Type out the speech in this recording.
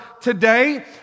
today